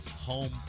home